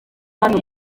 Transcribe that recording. hano